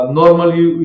normally